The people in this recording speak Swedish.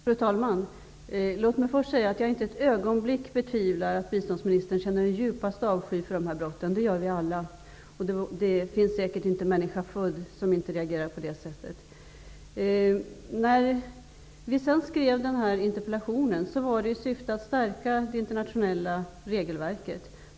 Fru talman! Låt mig först säga att jag inte ett ögonblick betvivlar att biståndsministern känner den djupaste avsky för de här brotten. Den person är säkerligen inte av människa född som inte reagerar på det sättet. Syftet med vår interpellation var att stärka det internationella regelverket.